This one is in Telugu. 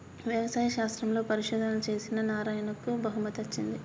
వ్యవసాయ శాస్త్రంలో పరిశోధనలు చేసిన నారాయణకు బహుమతి వచ్చింది